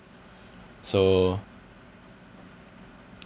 so